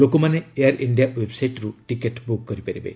ଲୋକମାନେ Air India ଓ୍ୱେବ୍ସାଇଟ୍ରୁ ticket book କରିପାରିବେ